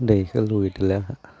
दैखो लुगैदोलाय आंहा